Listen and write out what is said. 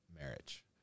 marriage